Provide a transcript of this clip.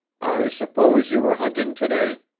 i suppose you were hunting today?